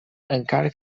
encara